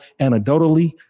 anecdotally